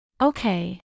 Okay